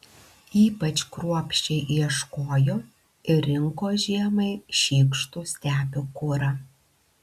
ypač kruopščiai ieškojo ir rinko žiemai šykštų stepių kurą